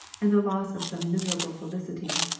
and the loss of some miserable felicity.